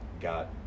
got